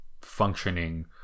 functioning